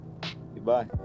goodbye